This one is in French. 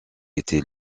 était